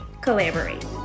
collaborate